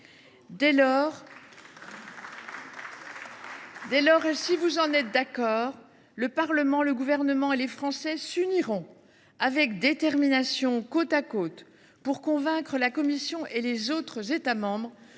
sénateurs, si vous en êtes d’accord, le Parlement, le Gouvernement et les Français s’uniront avec détermination, côte à côte, pour convaincre la Commission et les autres États membres